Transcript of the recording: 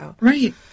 right